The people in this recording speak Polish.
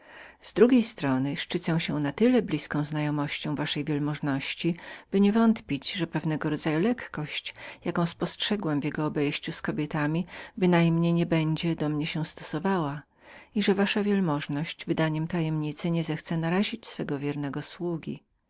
z drugiej strony szczycę się zbyt blizką znajomością waszej wielmożności i jestem pewien że pewna lekkość jaką spostrzegłem w obejściu jego z kobietami bynajmniej nie będzie do mnie się stosowała i że wasza wielmożność wydaniem tajemnicy nie zechce narazić swego wiernego sługi